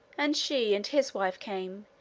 and she and his wife came,